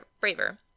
braver